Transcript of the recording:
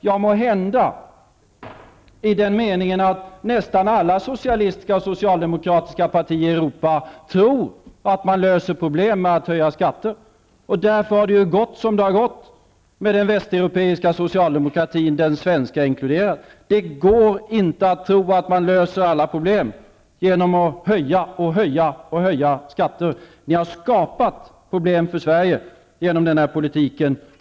Ja, måhända i den meningen att nästan alla socialistiska och socialdemokratiska partier i Europa tror att man löser problem med att höja skatter. Därför har det ju gått som det har gått med den västeuropeiska socialdemokratin, den svenska inkluderad. Det går inte att tro att man löser alla problem genom att höja och höja och höja skatter. Ni har skapat problem för Sverige genom den politiken.